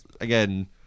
again